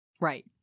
Right